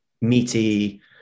meaty